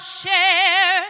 share